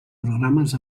programes